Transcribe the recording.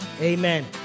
Amen